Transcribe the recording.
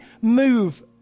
move